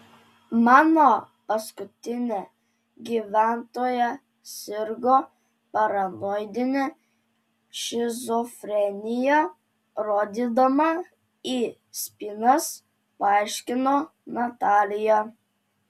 mano paskutinė gyventoja sirgo paranoidine šizofrenija rodydama į spynas paaiškino natalija